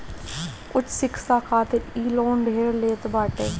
उच्च शिक्षा खातिर इ लोन ढेर लेत बाटे